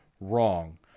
wrong